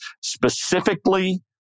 specifically